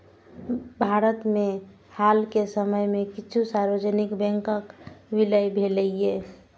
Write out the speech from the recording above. भारत मे हाल के समय मे किछु सार्वजनिक बैंकक विलय भेलैए